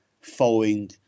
following